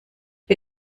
der